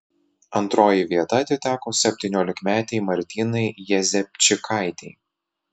antroji vieta atiteko septyniolikmetei martynai jezepčikaitei